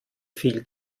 viel